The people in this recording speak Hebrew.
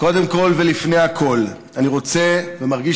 קודם כול ולפני הכול אני רוצה ומרגיש